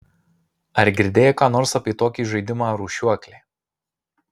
ar girdėjai ką nors apie tokį žaidimą rūšiuoklė